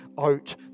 out